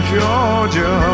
Georgia